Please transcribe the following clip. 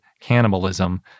cannibalism